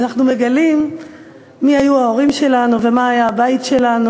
ואנחנו מגלים מי היו ההורים שלנו ומה היה הבית שלנו